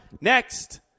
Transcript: next